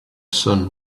sun